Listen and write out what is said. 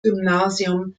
gymnasium